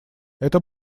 это